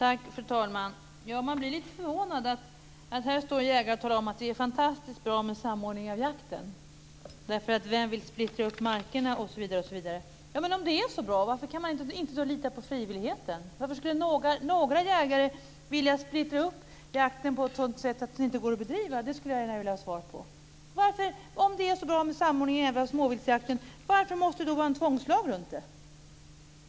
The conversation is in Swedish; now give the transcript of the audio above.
Fru talman! Man blir lite förvånad. Här står jägare och talar om att det är fantastiskt bra med samordning av jakten, för vem vill splittra markerna osv. Men om det nu är så bra - varför kan man då inte lita på frivilligheten? Varför skulle några jägare vilja splittra jakten på ett sådant sätt att den inte går att bedriva? Det skulle jag gärna vilja ha svar på. Om det är så bra med samordning av småviltsjakten - varför måste det då vara en tvångslag runt det?